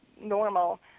normal